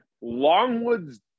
longwood's